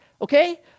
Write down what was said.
okay